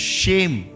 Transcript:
shame